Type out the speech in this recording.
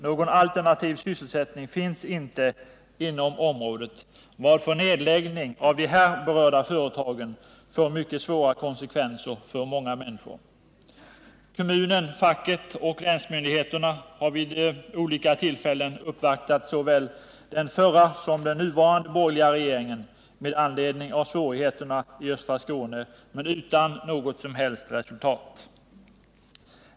Någon alternativ sysselsättning finns inte inom området, varför en nedläggning av de här berörda företagen får mycket svåra konsekvenser för många människor. Kommunen, facket och länsmyndigheterna har vid olika tillfällen uppvaktat såväl den förra som den nuvarande borgerliga regeringen med anledning av svårigheterna i östra Skåne men utan något som helst resultat.